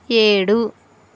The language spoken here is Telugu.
ఏడు